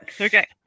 Okay